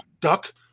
duck